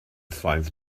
five